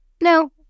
No